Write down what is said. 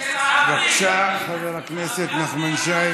חבר הכנסת נחמן שי.